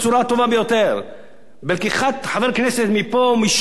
בלקיחת חבר כנסת מפה ומשם ולשים בתפקיד כזה או אחר,